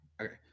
Okay